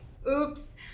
Oops